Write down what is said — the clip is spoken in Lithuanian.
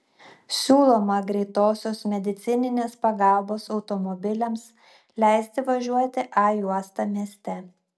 siūloma greitosios medicininės pagalbos automobiliams leisti važiuoti a juosta mieste